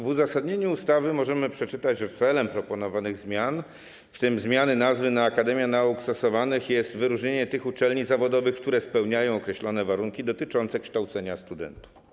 W uzasadnieniu ustawy możemy przeczytać, że celem proponowanych zmian, w tym zmiany nazwy na akademia nauk stosowanych, jest wyróżnienie tych uczelni zawodowych, które spełniają określone warunki dotyczące kształcenia studentów.